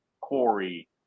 Corey